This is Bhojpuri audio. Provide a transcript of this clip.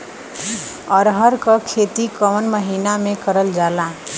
अरहर क खेती कवन महिना मे करल जाला?